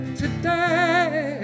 today